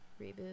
reboot